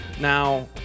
Now